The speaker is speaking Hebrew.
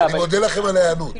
אני מודה לכם על ההיענות.